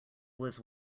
was